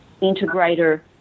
integrator